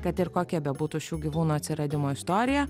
kad ir kokia bebūtų šių gyvūnų atsiradimo istorija